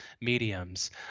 mediums